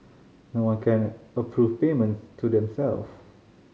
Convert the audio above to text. no one can approve payments to them self